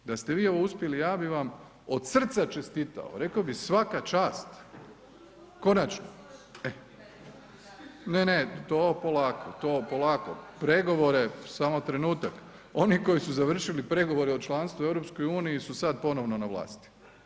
Da ste vi ovo uspjeli, ja bi vam od srca čestitao, rekao bi svaka čast, konačno, e, ne, ne, to polako, to polako, pregovore samo trenutak, oni koji su završili pregovore o članstvu u EU su sad ponovno na vlasti.